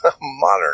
modern